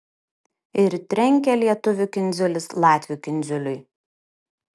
ir trenkia lietuvių kindziulis latvių kindziuliui